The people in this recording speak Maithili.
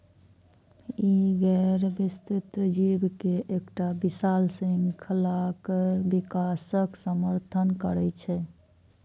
ई गैर विस्तृत जीव के एकटा विशाल शृंखलाक विकासक समर्थन करै छै